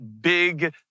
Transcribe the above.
big